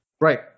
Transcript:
Right